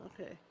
okay